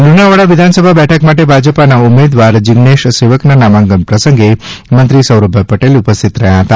લુણાવાડા વિધાનસભા બેઠક માટે ભાજપાના ઉમેદવાર શ્રી જીઝ્નેશ સેવકના નામાંકન પ્રસંગે મંત્રીશ્રી સૌરભભાઈ પટેલ ઉપસ્થિત રહ્યા હતા